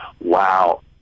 Wow